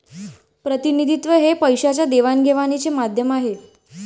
प्रतिनिधित्व हे पैशाच्या देवाणघेवाणीचे माध्यम आहे